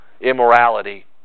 immorality